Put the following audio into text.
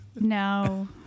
No